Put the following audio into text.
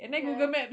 ya